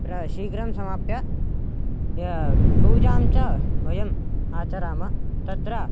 प्रा शीघ्रं समाप्य य पूजां च वयम् आचरामः तत्र